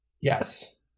Yes